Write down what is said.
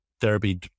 therapy